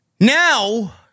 Now